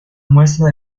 muestra